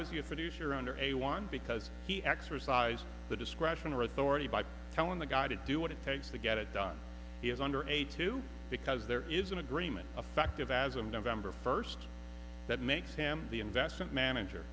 was he a producer under a one because he exercised the discretion or authority by telling the guy to do what it takes to get it done he is under a two because there is an agreement affective as i'm november first that makes him the investment manager